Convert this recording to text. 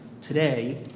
today